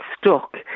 stuck